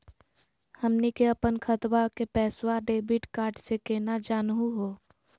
हमनी के अपन खतवा के पैसवा डेबिट कार्ड से केना जानहु हो?